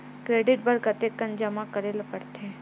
Credit बर कतेकन जमा करे ल पड़थे?